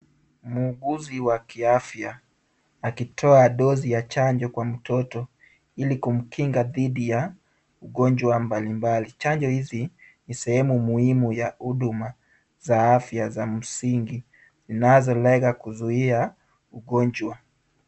Muuguzi wa kiafya akitoa dose ya chanjo kwa mtoto ili kumkinga dhidi ya ugonjwa mbalimbali. Chanjo hizi ni sehemu muhimu ya huduma za afya za msingi zinazolenga kuzuia ugonjwa.